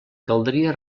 caldria